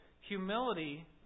humility